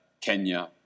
Kenya